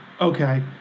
Okay